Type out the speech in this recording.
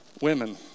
Women